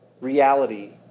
reality